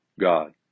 God